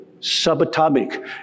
subatomic